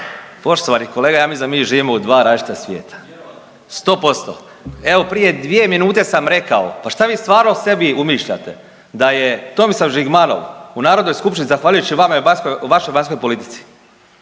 Poštovani kolega ja mislim da mi živimo u dva različita svijeta. 100%. Evo prije 2 minute sam rekao, pa šta vi stvarno sebi umišljate da je Tomislav Žigmanov u narodnoj skupštini zahvaljujući vama i vašoj vanjskoj politici?